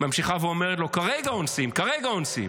ממשיכה ואומרת לו: כרגע אונסים, כרגע אונסים.